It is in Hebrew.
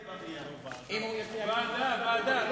ועדה.